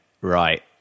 right